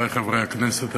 חברי חברי הכנסת,